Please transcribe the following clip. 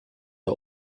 are